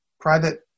private